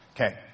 Okay